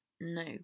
No